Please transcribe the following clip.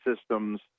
systems